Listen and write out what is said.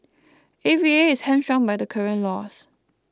A V A is hamstrung by the current laws